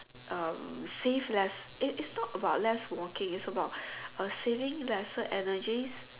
um save less eh it's it's not about less walking it's about uh saving lesser energy